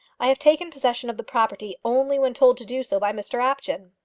i have taken possession of the property only when told to do so by mr apjohn.